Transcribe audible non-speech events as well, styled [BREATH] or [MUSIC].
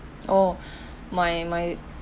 oh [BREATH] my my